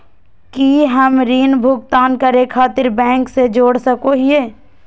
की हम ऋण भुगतान करे खातिर बैंक से जोड़ सको हियै?